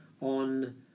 on